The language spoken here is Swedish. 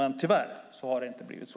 Tyvärr har det inte blivit så.